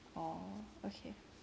orh okay